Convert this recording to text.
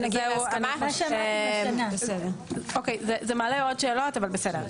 זה מעלה עוד שאלות אבל בסדר.